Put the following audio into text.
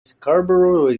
scarborough